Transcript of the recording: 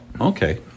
Okay